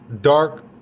dark